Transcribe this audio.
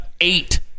eight